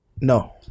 No